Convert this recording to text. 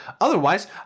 Otherwise